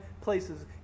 places